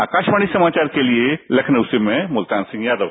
आकाशवाणी समाचार के लिए लखनऊ से मैं मुलतान सिंह यादव